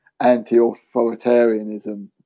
anti-authoritarianism